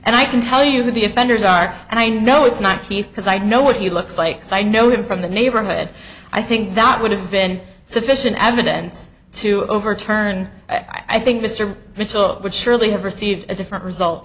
and i can tell you the offenders are and i know it's not keith because i know what he looks like so i know him from the neighborhood i think that would have been sufficient evidence to overturn i think mr mitchell would surely have received a different result